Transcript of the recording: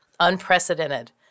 unprecedented